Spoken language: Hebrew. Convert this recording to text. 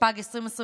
התשפ"ג 2023,